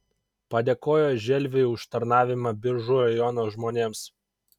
padėkojo želviui už tarnavimą biržų rajono žmonėms